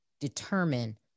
determine